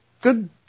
Good